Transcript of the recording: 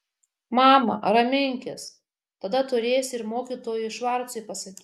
mama raminkis tada turėsi ir mokytojui švarcui pasakyti